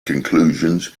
conclusions